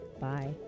Bye